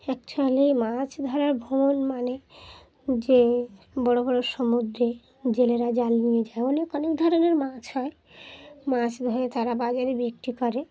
actually মাছ ধরার ভ্রমণ মানে যে বড়ো বড়ো সমুদ্রে জেলেরা জাল নিয়ে যায় অনেক অনেক ধরনের মাছ হয় মাছ ধরে তারা বাজারে বিক্রি করে